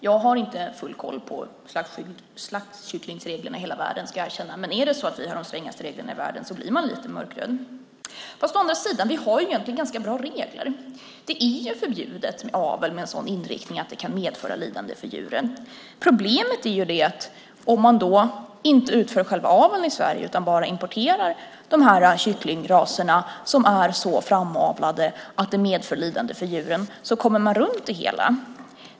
Jag har inte full koll på slaktkycklingsreglerna i hela världen, ska jag erkänna, men är det så att vi har de strängaste reglerna i världen blir man lite mörkrädd. Fast å andra sidan har vi egentligen ganska bra regler. Det är förbjudet med avel med en sådan inriktning att den kan medföra lidande för djuren. Problemet är att om man inte utför själva aveln i Sverige utan bara importerar de kycklingraser som är så framavlade att det medför lidande för djuren kommer man runt det hela.